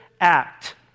act